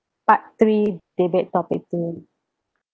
part three debate topic two